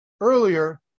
earlier